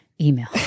email